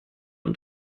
und